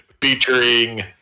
featuring